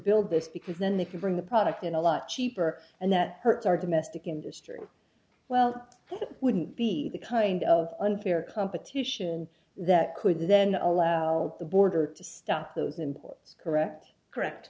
build this because then they can bring the product in a lot cheaper and that hurts our domestic industry well wouldn't be the kind of unfair competition that could then allow the border to stop those imports correct correct